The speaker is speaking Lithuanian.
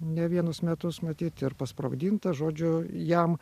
ne vienus metus matyt ir pasprogdintas žodžiu jam